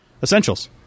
Essentials